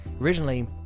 Originally